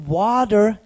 water